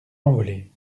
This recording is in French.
envolée